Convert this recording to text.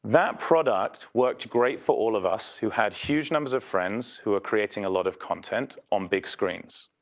that product worked great for all of us who had huge numbers of friends who are creating a lot of content on big screens.